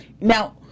Now